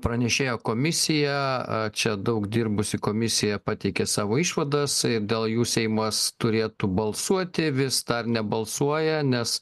pranešėjo komisiją čia daug dirbusi komisija pateikė savo išvadas dėl jų seimas turėtų balsuoti vis dar nebalsuoja nes